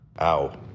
Ow